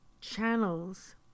channels